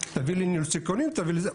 תביא לי ניהול סיכונים, תביא לי זה.